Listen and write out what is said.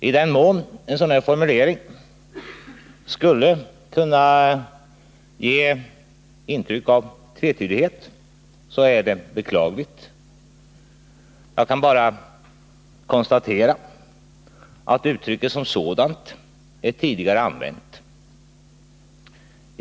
I den mån en formulering skulle kunna ge intryck av tvetydighet är det beklagligt. Jag kan bara konstatera att uttrycket som sådant är tidigare använt.